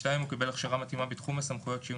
הוא קיבל הכשרה מתאימה בתחום הסמכויות שיהיו